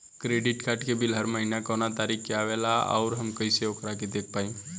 Credit card के bill हर महीना कौना तारीक के आवेला और आउर हम कइसे ओकरा के देख पाएम?